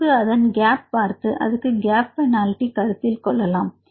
பின்பு அதன் கேப் பார்த்து அதற்கு கேப் பெனால்டி கருத்தில் கொள்ளலாம்